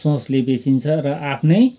सोचले बेचिन्छ र आफ्नै